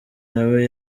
nawe